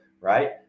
right